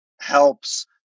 helps